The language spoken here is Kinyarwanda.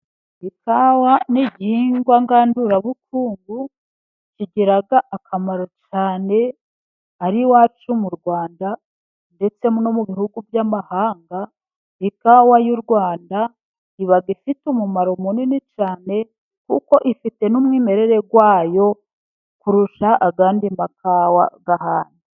Ikawa n'igihingwa ngandurabukungu. Kigira akamaro cyane ari iwacu mu Rwanda ndetse no mu bihugu by'amahanga. Ikawa y'u Rwanda iba ifite umumaro munini cyane kuko ifite n'umwimerere wayo kurusha ayandi makawa 'ahandi.